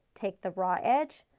take the raw edge,